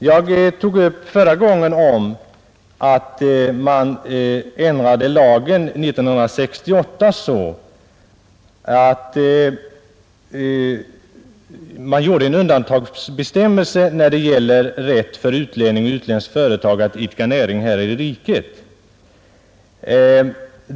Jag tog förra gången upp det förhållandet att man 1968 införde en undantagsbestämmelse i lagen om rätt för utlänning och utländskt företag att idka näring här i riket.